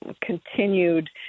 continued